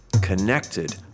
Connected